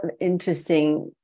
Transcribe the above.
interesting